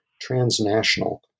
transnational